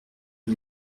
une